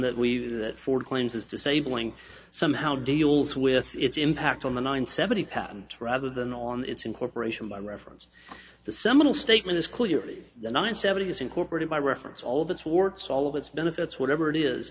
that we do that for claims is disabling somehow deals with its impact on the nine seventy patent rather than on its incorporation by reference the seminal statement is clearly the ninth seven is incorporated by reference all of its warts all of its benefits whatever it is